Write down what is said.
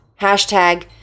Hashtag